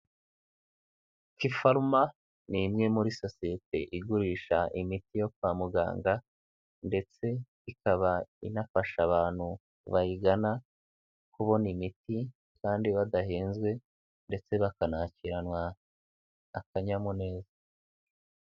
Kipharma ni imwe muri sosiyete igurisha imiti yo kwa muganga ndetse ikaba inafasha abantu bayigana, kubona imiti kandi badahezwe ndetse bakanakiranwa akanyamuneza.